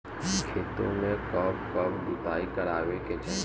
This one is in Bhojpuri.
खेतो में कब कब जुताई करावे के चाहि?